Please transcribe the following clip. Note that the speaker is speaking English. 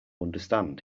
understand